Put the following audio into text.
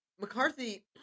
McCarthy